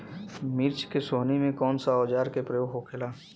मिर्च के सोहनी में कौन सा औजार के प्रयोग होखेला?